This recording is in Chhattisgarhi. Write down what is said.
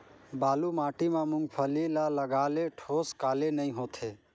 बालू माटी मा मुंगफली ला लगाले ठोस काले नइ होथे?